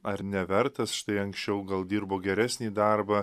ar nevertas štai anksčiau gal dirbo geresnį darbą